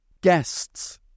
guests